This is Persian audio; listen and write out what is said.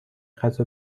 غذا